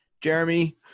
Jeremy